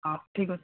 ହଉ ଠିକ୍ ଅଛି